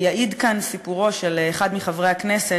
יעיד כאן סיפורו של אחד מחברי הכנסת